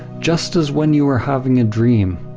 just as when you are having a dream,